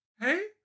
Hey